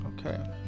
Okay